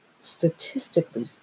statistically